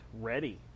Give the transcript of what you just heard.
ready